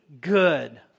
good